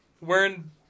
wearing